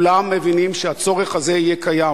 כולם מבינים שהצורך הזה יהיה קיים.